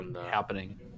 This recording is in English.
happening